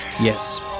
Yes